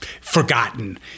forgotten